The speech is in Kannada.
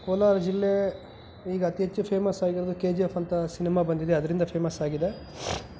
ಕೋಲಾರ ಜಿಲ್ಲೆ ಈಗ ಅತಿ ಹೆಚ್ಚು ಫೇಮಸ್ ಆಗಿರೋದು ಕೆ ಜಿ ಎಫ್ ಅಂತ ಸಿನಿಮಾ ಬಂದಿದೆ ಅದರಿಂದ ಫೇಮಸ್ ಆಗಿದೆ